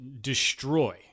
destroy